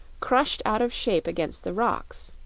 crushed out of shape against the rocks.